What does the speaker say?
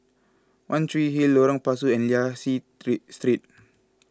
one Tree Hill Lorong Pasu and Liang Seah Street